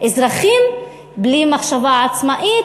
אזרחים בלי מחשבה עצמאית,